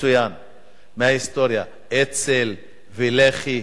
מצוין מההיסטוריה, אצ"ל ולח"י,